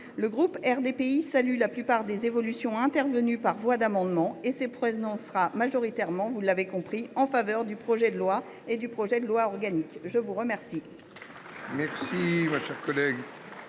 Le groupe RDPI salue la plupart des évolutions intervenues par voie d’amendements et se prononcera majoritairement en faveur du projet de loi et du projet de loi organique. La parole